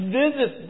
visit